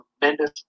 tremendous